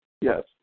Yes